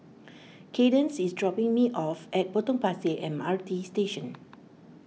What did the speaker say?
Kaydence is dropping me off at Potong Pasir M R T Station